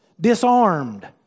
disarmed